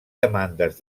demandes